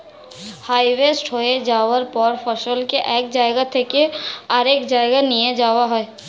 harvest হয়ে যাওয়ার পর ফসলকে এক জায়গা থেকে আরেক জায়গায় নিয়ে যাওয়া হয়